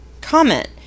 Comment